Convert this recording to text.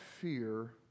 fear